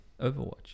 Overwatch